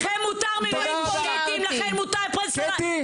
לכם מותר מינויים פוליטיים, לכם מותר הכל.